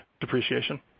depreciation